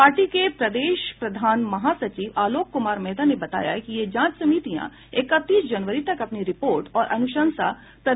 party के प्रदेश प्रधान महासचिव आलोक कुमार मेहता ने बताया कि ये जांच समितियां इकतीस जनवरी तक अपनी रिपोर्ट और अनुशंसा प्रदेश अध्यक्ष को सौंपेंगी